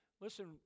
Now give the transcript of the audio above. Listen